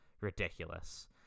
ridiculous